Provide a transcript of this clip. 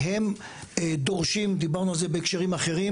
הם דורשים - ודיברנו על זה בהקשרים אחרים